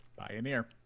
Pioneer